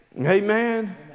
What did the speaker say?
Amen